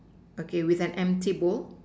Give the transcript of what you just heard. okay with an empty bowl